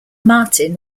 martin